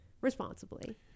responsibly